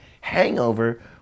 Hangover